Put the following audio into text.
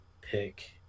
pick